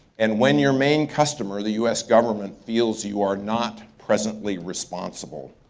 and when your main customer, the us government feels you are not presently responsible,